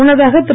முன்னதாக திரு